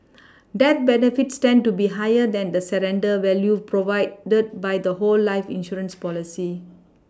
death benefits tend to be higher than the surrender value provided the by the whole life insurance policy